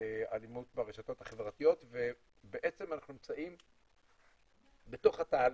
אלימות ברשתות החברתיות ובעצם אנחנו נמצאים בתוך התהליך.